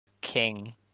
King